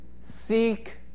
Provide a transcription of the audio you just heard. seek